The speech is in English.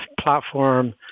platform